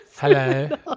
hello